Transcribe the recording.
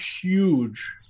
huge